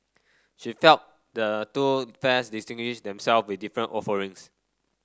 she felt the two fairs distinguished themselves with different offerings